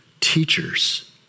teachers